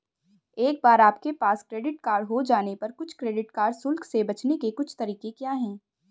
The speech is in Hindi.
एक बार आपके पास क्रेडिट कार्ड हो जाने पर कुछ क्रेडिट कार्ड शुल्क से बचने के कुछ तरीके क्या हैं?